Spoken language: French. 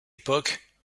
époque